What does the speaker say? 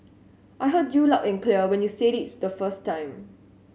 I heard you loud and clear when you said it the first time